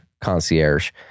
concierge